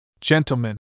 Gentlemen